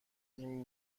این